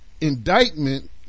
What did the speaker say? indictment